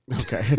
Okay